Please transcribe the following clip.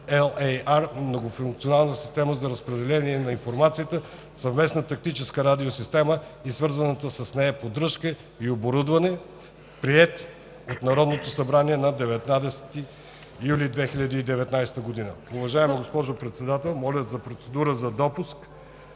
„Многофункционална система за разпределение на информация – Съвместна тактическа радиосистема и свързана с нея поддръжка и оборудване“, приет от Народното събрание на 19 юли 2019 г.“ Уважаема госпожо Председател, моля за процедура за допуск